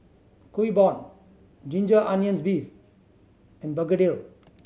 Kuih Bom ginger onions beef and begedil